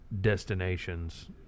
destinations